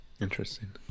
interesting